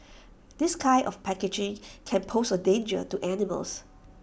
this kind of packaging can pose A danger to animals